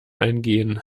eingehen